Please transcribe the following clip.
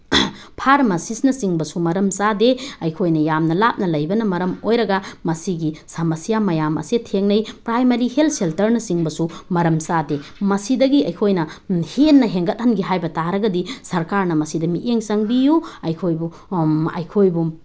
ꯐꯥꯔꯃꯥꯁꯤꯁꯅꯆꯤꯡꯕꯁꯨ ꯃꯔꯝ ꯆꯥꯗꯦ ꯑꯩꯈꯣꯏꯅ ꯌꯥꯝꯅ ꯂꯥꯞꯅ ꯂꯩꯕꯅ ꯃꯔꯝ ꯑꯣꯏꯔꯒ ꯃꯁꯤꯒꯤ ꯁꯃꯁ꯭ꯌꯥ ꯃꯌꯥꯝ ꯑꯁꯦ ꯊꯦꯡꯅꯩ ꯄ꯭ꯔꯥꯏꯃꯥꯔꯤ ꯍꯦꯜ ꯁꯦꯜꯇꯔꯅꯆꯤꯡꯕꯁꯨ ꯃꯔꯝ ꯆꯥꯗꯦ ꯃꯁꯤꯗꯒꯤ ꯑꯩꯈꯣꯏꯅ ꯍꯦꯟꯅ ꯍꯦꯟꯒꯠꯍꯟꯒꯦ ꯍꯥꯏꯕ ꯇꯥꯔꯒꯗꯤ ꯁꯔꯀꯥꯔꯅ ꯃꯁꯤꯗ ꯃꯤꯠꯌꯦꯡ ꯆꯪꯕꯤꯌꯨ ꯑꯩꯈꯣꯏꯕꯨ ꯑꯩꯈꯣꯏꯕꯨ